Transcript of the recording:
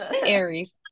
Aries